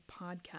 podcast